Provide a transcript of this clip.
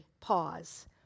pause